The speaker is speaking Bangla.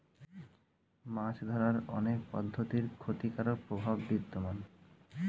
মাছ ধরার অনেক পদ্ধতির ক্ষতিকারক প্রভাব বিদ্যমান